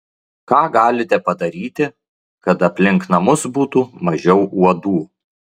ką galite padaryti kad aplink namus būtų mažiau uodų